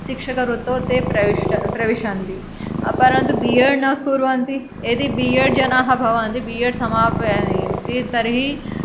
शिक्षकवृत्तौ ते प्रविष्ट प्रविषन्ति अपरं तु बि एड् न कुर्वन्ति यदि बि एड् जनाः भवन्ति बि एड् समाप्यन्ति तर्हि